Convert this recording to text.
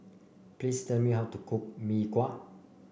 please tell me how to cook Mee Kuah